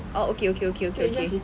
oh okay okay okay okay okay